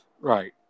Right